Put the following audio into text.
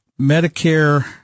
Medicare